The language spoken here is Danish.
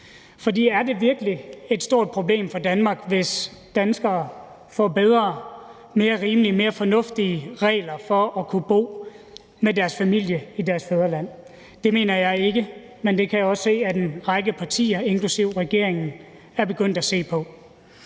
For er det virkelig et stort problem for Danmark, hvis danskere får bedre, mere rimelige og mere fornuftige regler for at kunne bo med deres familie i deres fædreland? Det mener jeg ikke, og det kan jeg også se at en række partier og regeringen er begyndt at ville